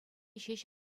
ҫеҫ